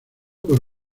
por